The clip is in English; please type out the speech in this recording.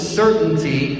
certainty